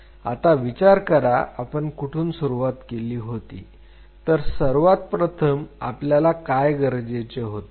आता विचार करा आपण कुठून सुरुवात केली होती तर सर्वात प्रथम आपल्याला काय गरजेचे होते